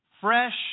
fresh